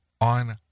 on